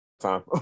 time